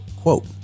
quote